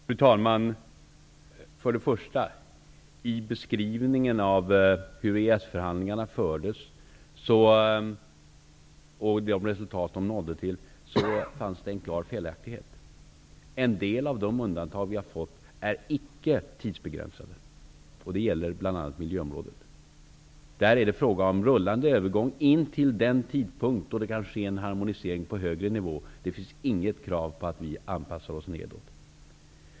Fru talman! I beskrivningen av hur EES förhandlingarna fördes och de resultat man nådde, fanns en klar felaktighet: En del av de undantag vi har fått är icke tidsbegränsade. Det gäller bl.a. miljöområdet där det är fråga om en rullande övergång till den tidpunkt då det kan ske en harmonisering på högre nivå. Det finns inget krav på att vi anpassar oss nedåt.